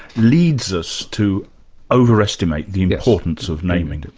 leads us to overestimate the importance of naming.